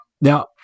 Now